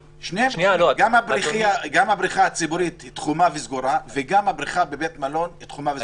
גם הבריכה הציבורית תחומה וסגורה וגם הבריכה בבית מלון תחומה וסגורה.